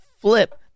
flip